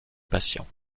patients